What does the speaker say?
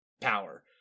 power